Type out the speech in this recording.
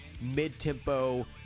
mid-tempo